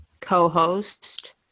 co-host